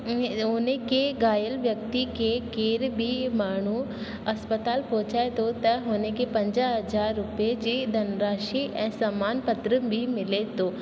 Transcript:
ईअं उहे उन खे घायल व्यक्ति खे केर बि माण्हू अस्पताल पहुचाए थो त हुन खे पंजाहु हज़ार रुपिए जी धनराशी ऐं समान पत्र बि मिले थो